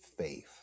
faith